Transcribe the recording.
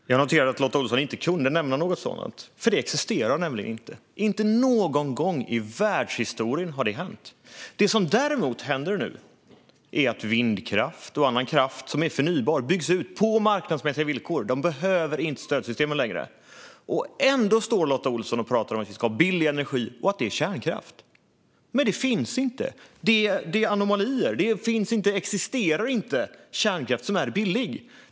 Fru talman! Jag noterar att Lotta Olsson inte kunde nämna något sådant, för det existerar inte. Inte någon gång i världshistorien har det hänt. Det som däremot händer nu är att vindkraft och annan förnybar kraft byggs ut, på marknadsmässiga villkor. Stödsystemen behövs inte längre. Ändå står Lotta Olsson och pratar om att vi ska ha billig energi i form av kärnkraft. Men det finns inte - det är anomalier. Billig kärnkraft existerar inte.